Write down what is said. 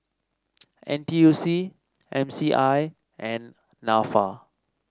N T U C M C I and NAFA